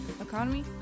economy